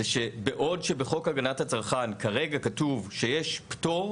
זה שבעוד חוק הגנת הצרכן כרגע כתוב שיש פטור